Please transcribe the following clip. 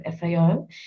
FAO